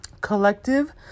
collective